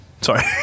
Sorry